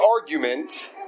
argument